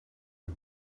the